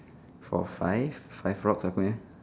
four five five rocks aku nya